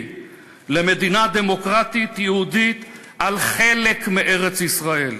למדינה דמוקרטית יהודית על חלק מארץ-ישראל.